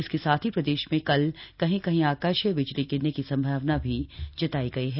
इसके साथ ही प्रदेश में कल कहीं कहीं आकाशीय बिजली गिरने की संभावना भी जताई गयी है